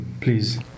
please